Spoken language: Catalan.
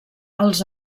els